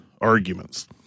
Arguments